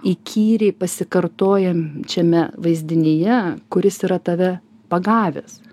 įkyriai pasikartojančiame vaizdinyje kuris yra tave pagavęs